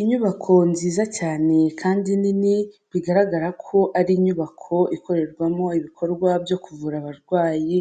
Inyubako nziza cyane kandi nini bigaragara ko ari inyubako ikorerwamo ibikorwa byo kuvura abarwayi